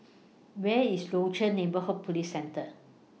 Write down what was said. Where IS Rochor Neighborhood Police Centre